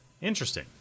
Interesting